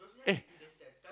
eh